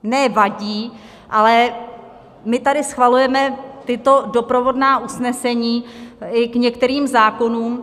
ne vadí, ale my tady schvalujeme tato doprovodná usnesení i k některým zákonům.